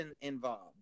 involved